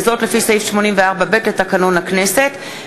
לפי סעיף 84(ב) לתקנון הכנסת,